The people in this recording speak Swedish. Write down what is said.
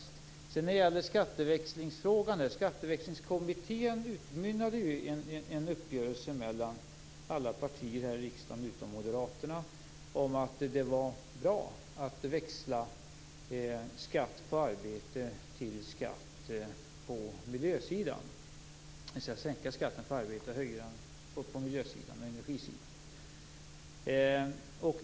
När det gäller frågan om skatteväxling utmynnade Skatteväxlingskommittén i en uppgörelse mellan alla partier här i riksdagen utom Moderaterna om att det var bra att växla skatt på arbete till skatt på miljöområdet, dvs. att sänka skatten på arbete och höja den på miljöområdet och energiområdet.